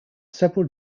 several